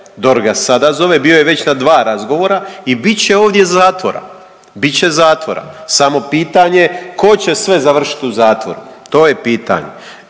DORH ga sada zove bio je već na 2 razgovora i bit će ovdje zatvora, bit će zatvora samo pitanje tko će sve završit u zatvoru, to je pitanje.